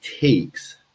takes